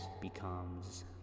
becomes